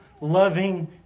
loving